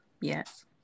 Yes